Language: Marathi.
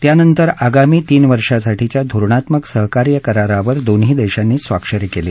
त्यांनतर आगामी तीन वर्षासाठीच्या धोरणात्मक सहकार्य करारावर दोन्ही देशांनी स्वाक्षरी केली